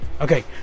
Okay